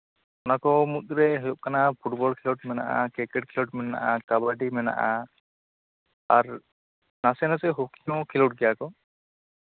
ᱚᱱᱟ ᱠᱚ ᱢᱩᱫᱽᱨᱮ ᱦᱩᱭᱩᱜ ᱠᱟᱱᱟ ᱯᱷᱩᱴᱵᱚᱞ ᱠᱷᱮᱞᱳᱰ ᱢᱮᱱᱟᱜᱼᱟ ᱠᱤᱨᱠᱮᱴ ᱠᱷᱮᱞᱳᱰ ᱢᱮᱱᱟᱜᱼᱟ ᱠᱟᱵᱟᱰᱤ ᱢᱮᱱᱟᱜᱼᱟ ᱟᱨ ᱱᱟᱥᱮ ᱱᱟᱥᱮ ᱦᱚᱸᱠᱤ ᱦᱚᱸᱠᱚ ᱞᱷᱮᱞ ᱜᱮᱭᱟ ᱠᱚ